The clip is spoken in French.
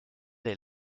est